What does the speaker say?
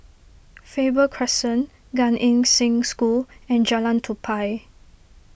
Faber Crescent Gan Eng Seng School and Jalan Tupai